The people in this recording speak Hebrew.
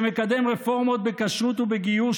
שמקדם רפורמות בכשרות ובגיור,